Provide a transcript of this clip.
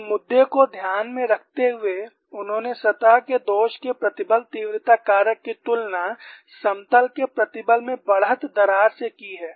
उस मुद्दे को ध्यान में रखते हुए उन्होंने सतह के दोष के प्रतिबल तीव्रता कारक की तुलना समतल के प्रतिबल में बढ़त दरार से की है